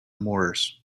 moors